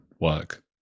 work